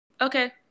Okay